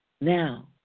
Now